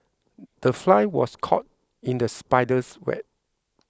the fly was caught in the spider's web